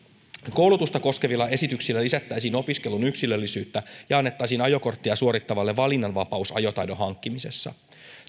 koulutusta koskevilla esityksillä lisättäisiin opiskelun yksilöllisyyttä ja annettaisiin ajokorttia suorittavalle valinnanvapaus ajotaidon hankkimisessa